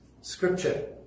Scripture